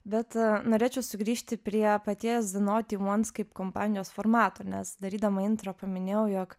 bet norėčiau sugrįžti prie paties de noti uans kaip kompanijos formato nes darydama intro paminėjau jog